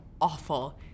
awful